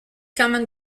common